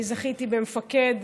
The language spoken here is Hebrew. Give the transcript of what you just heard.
אני זכיתי במפקד